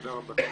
תודה רבה.